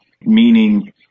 meaning